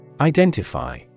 Identify